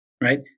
right